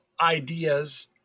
ideas